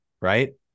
right